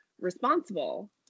responsible